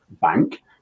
Bank